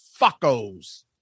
Fuckos